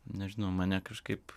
nežinau mane kažkaip